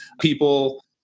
people